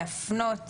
להפנות